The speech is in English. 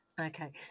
Okay